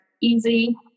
easy